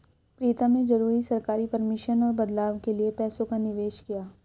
प्रीतम ने जरूरी सरकारी परमिशन और बदलाव के लिए पैसों का निवेश किया